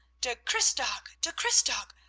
der christtag! der christtag!